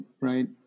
right